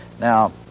Now